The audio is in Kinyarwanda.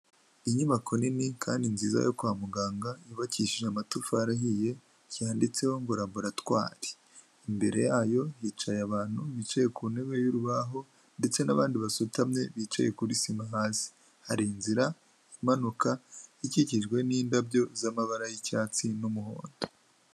Inyubako nini kandi nziza yo kwa muganga yubakishije amatafari ahiye yanditseho ngo Laboratwari, imbere yayo hicaye abantu bicaye ku ntebe y'urubaho ndetse n'abandi basutamye bicaye kuri sima hasi, hari inzira imanuka ikikijwe n'indabyo z'amabara y'icyatsi n'umuhondo.